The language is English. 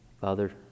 Father